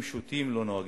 אם שותים, לא נוהגים.